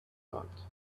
thought